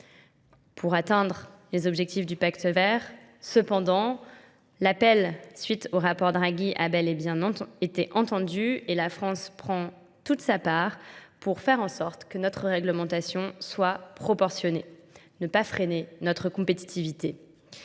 Pour atteindre les objectifs du Pacte vert, cependant, l'appel suite au rapport Draghi a bel et bien été entendu et la France prend toute sa part pour faire en sorte que notre réglementation soit proportionnée, ne pas freiner notre compétitivité.